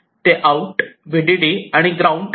ते out VDD आणि ground आहेत